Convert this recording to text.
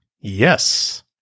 Yes